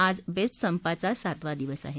आज बेस्ट संपाचा सातावा दिवस आहे